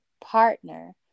partner